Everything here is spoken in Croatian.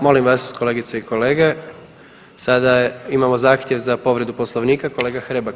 Molim vas kolegice i kolege sada imamo zahtjev za povredu Poslovnika, kolega Hrebak.